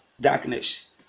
darkness